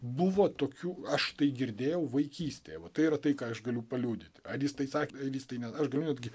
buvo tokių aš tai girdėjau vaikystėje vat tai yra tai ką aš galiu paliudyti ar jis tai sakė jis tai ne aš galiu netgi